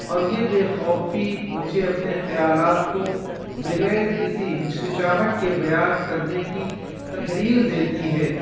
اور یہ بےخوفی مجھے اپنے خیالات کو بغیر کسی ہچکچاہٹ کے بیان کرنے کی تحریر دیتی ہے